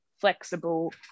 flexible